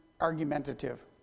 argumentative